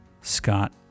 Scott